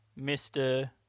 Mr